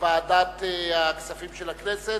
בוועדת הכספים של הכנסת.